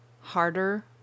harder